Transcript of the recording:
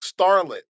starlet